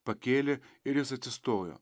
pakėlė ir jis atsistojo